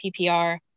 PPR